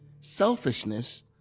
selfishness